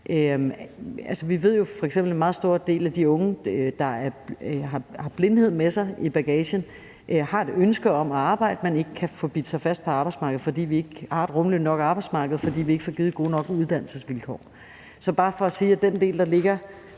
f.eks., at en meget stor del af de unge, der har blindhed med sig i bagagen, har et ønske om at arbejde, men at de ikke kan få bidt sig fast på arbejdsmarkedet, fordi vi ikke har et rummeligt nok arbejdsmarked, og fordi vi ikke får givet gode nok uddannelsesvilkår. Så det er bare for at sige, hvad angår den del, der ligger